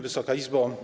Wysoka Izbo!